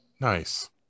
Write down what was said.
Nice